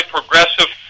Progressive